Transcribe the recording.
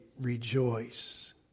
rejoice